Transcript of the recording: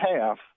half